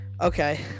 okay